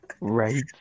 Right